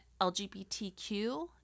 LGBTQ